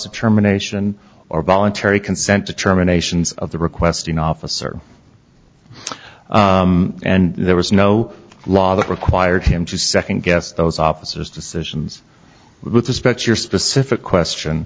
determination or voluntary consent determinations of the requesting officer and there was no law that required him to second guess those officers decisions with respect to your specific question